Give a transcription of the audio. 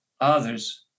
others